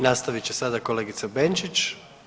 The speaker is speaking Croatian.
Nastavit će sada kolegica Benčić.